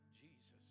Jesus